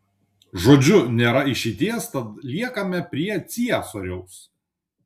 žodžiu nėra išeities tad liekame prie ciesoriaus